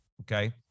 okay